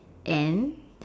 and